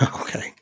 Okay